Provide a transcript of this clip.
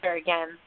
again